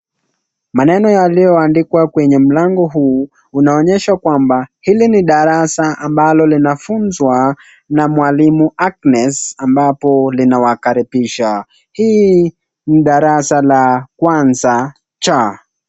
Maneno yaliyoandikwa kwenye mlango huu inaonyesha kwamba hili ni darasa ambalo linafunzwa na mwalimu Agnes ambalo linawakaribisha. Hii ni darasa la kwanza C.